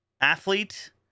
athlete